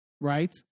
right